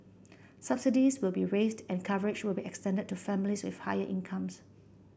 subsidies will be raised and coverage will be extended to families with higher incomes